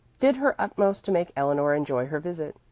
did her utmost to make eleanor enjoy her visit.